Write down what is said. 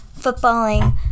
footballing